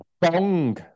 bong